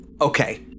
okay